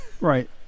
Right